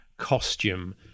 costume